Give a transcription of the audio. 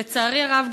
לצערי הרב,